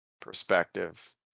perspective